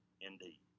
indeed